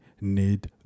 need